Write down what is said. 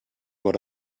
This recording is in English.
what